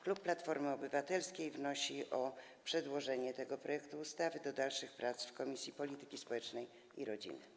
Klub Platformy Obywatelskiej wnosi o przekazanie tego projektu ustawy do dalszych prac w Komisji Polityki Społecznej i Rodziny.